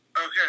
okay